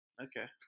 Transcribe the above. Okay